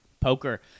Poker